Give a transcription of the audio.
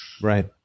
Right